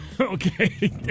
Okay